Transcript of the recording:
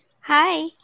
Hi